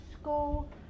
school